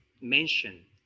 mention